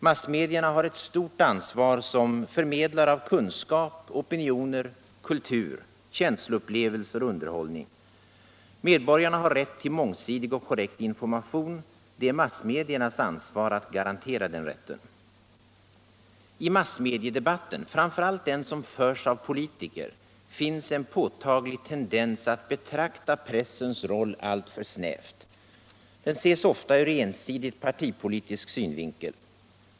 Massmedierna har ett stort ansvar som förmedlare av kunskap, opinioner, kultur, känsloupplevelser och underhållning. Medborgarna har rätt till mångsidig och korrekt information. Det är massmediernas ansvar att garantera den rätten. I massmediedebatten — framför allt den som förs av politiker — finns en påtaglig tendens att betrakta pressens roll alltför snävt. Den ses ofta ur ensidigt partipolitisk synvinkel.